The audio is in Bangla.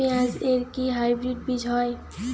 পেঁয়াজ এর কি হাইব্রিড বীজ হয়?